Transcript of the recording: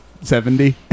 seventy